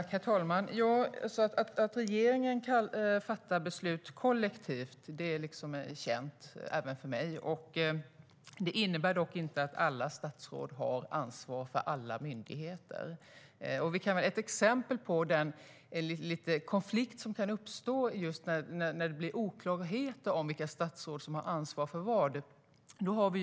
Herr talman! Att regeringen fattar beslut kollektivt är känt - även för mig. Det innebär dock inte att alla statsråd har ansvar för alla myndigheter. Ett exempel är den konflikt som kan uppstå när det blir oklarheter om vilka statsråd som har ansvar för vad.